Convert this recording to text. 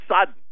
sudden